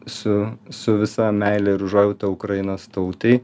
su su visa meile ir užuojauta ukrainos tautai